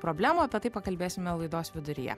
problemų apie tai pakalbėsime laidos viduryje